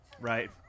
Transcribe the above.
right